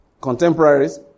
contemporaries